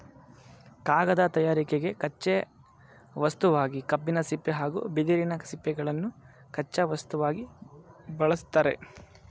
ಕಾಗದ ತಯಾರಿಕೆಗೆ ಕಚ್ಚೆ ವಸ್ತುವಾಗಿ ಕಬ್ಬಿನ ಸಿಪ್ಪೆ ಹಾಗೂ ಬಿದಿರಿನ ಸಿಪ್ಪೆಗಳನ್ನು ಕಚ್ಚಾ ವಸ್ತುವಾಗಿ ಬಳ್ಸತ್ತರೆ